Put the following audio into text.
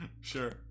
Sure